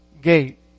gate